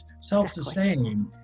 Self-sustaining